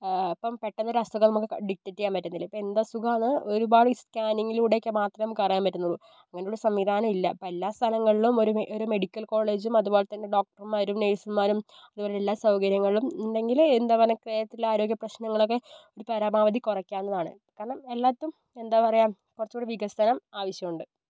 ഇപ്പം പെട്ടെന്ന് ഒരു അസുഖം നമുക്ക് ഡിറ്റക്റ്റ് ചെയ്യാൻ പറ്റുന്നില്ല ഇപ്പോൾ എന്ത് അസുഖമാണ് ഒരുപാട് സ്കാനിങ്ങിലൂടെയൊക്കെ മാത്രം നമുക്ക് അറിയാൻ പറ്റുന്നുള്ളൂ അങ്ങനെയുള്ള സംവിധാനം ഇല്ല അപ്പോൾ എല്ലാ സ്ഥലങ്ങളിലും ഒരു മേ ഒരു മെഡിക്കൽ കോളേജും അതുപോലെതന്നെ ഡോക്ടർമാരും നഴ്സുമാരും അതുപോലെ എല്ലാ സൗകര്യങ്ങളും ഉണ്ടെങ്കിലേ എന്താ പറയുക കേരളത്തിലെ ആരോഗ്യ പ്രശ്നങ്ങളൊക്കെ ഒരു പരമാവധി കുറക്കാവുന്നതാണ് കാരണം എല്ലായിടത്തും എന്താ പറയുക കുറച്ചു കൂടി വികസനം ആവശ്യമുണ്ട്